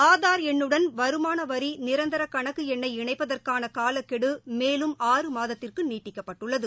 ஆதார் எண்ணுடன் வருமானவரி நிரந்தர கணக்கு என்ணை இணைப்பதற்கான காலக்கெடு மேலும் ஆறு மாதத்திற்கு நீட்டிக்கப்பட்டுள்ளது